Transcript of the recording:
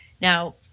Now